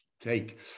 take